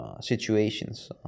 situations